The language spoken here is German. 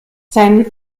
sein